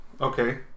Okay